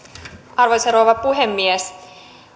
arvoisa rouva puhemies